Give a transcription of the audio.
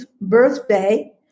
birthday